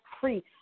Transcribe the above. free